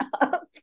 up